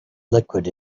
liquid